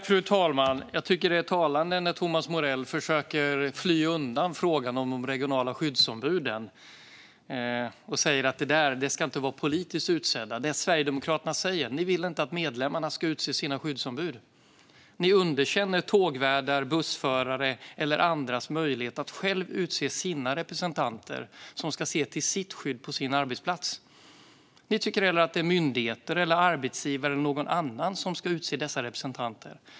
Fru talman! Jag tycker att det är talande när Thomas Morell försöker fly undan frågan om de regionala skyddsombuden och säger att de inte ska vara politiskt utsedda. Det Sverigedemokraterna säger är att ni inte vill att medlemmarna ska utse sina skyddsombud. Ni underkänner tågvärdars, bussförares och andras möjlighet att själva utse sina representanter som ska se till deras skydd på deras arbetsplatser. Ni tycker hellre att myndigheter, arbetsgivare eller någon annan ska utse dessa representanter.